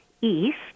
east